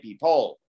poll